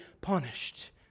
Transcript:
punished